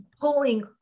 pulling